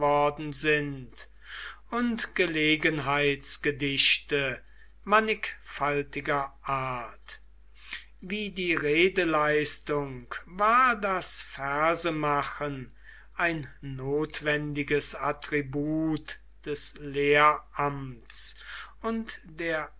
und gelegenheitsgedichte mannigfaltiger art wie die redeleistung war das versemachen ein notwendiges attribut des lehramts und der